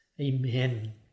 Amen